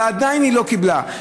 ועדיין היא לא קיבלה.